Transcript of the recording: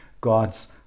God's